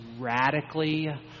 radically